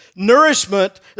Nourishment